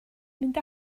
mynd